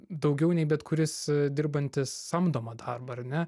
daugiau nei bet kuris dirbantis samdomą darbą ar ne